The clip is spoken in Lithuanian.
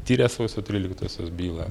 tiria sausio tryliktosios bylą